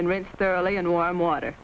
and rinse thoroughly and warm water